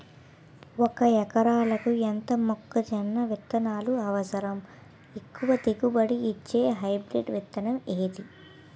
ఒక ఎకరాలకు ఎంత మొక్కజొన్న విత్తనాలు అవసరం? ఎక్కువ దిగుబడి ఇచ్చే హైబ్రిడ్ విత్తనం ఏది?